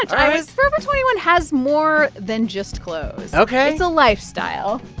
i was forever twenty one has more than just clothes ok it's a lifestyle